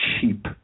cheap